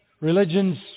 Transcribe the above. religions